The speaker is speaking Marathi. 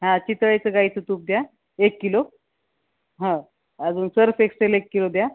हा चितळेचं गाईचं तूप द्या एक किलो हो अजून सर्फ एक्सेल एक किलो द्या